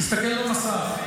תסתכל על המסך.